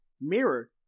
mirror